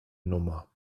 nummer